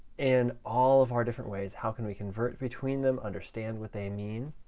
and all of our different ways how can we convert between them, understand what they mean.